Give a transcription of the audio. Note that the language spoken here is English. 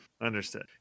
Understood